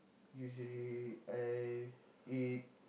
usually I eat